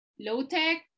low-tech